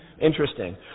Interesting